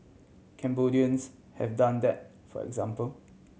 Cambodians have done that for example